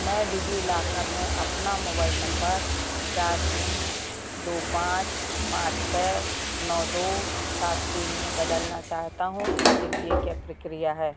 मैं डिजिलॉकर में अपना मोबाइल नंबर चार शून्य दो पाँच पाँच छः नौ दो सात तीन में बदलना चाहता हूँ इसके लिए क्या प्रक्रिया है